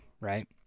Right